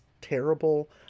terrible